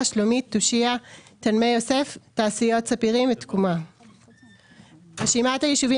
שלומית תושייה תלמי יוסף תעשיות ספירים תקומה כבוד היושב-ראש,